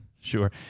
Sure